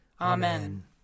Amen